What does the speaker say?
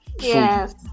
Yes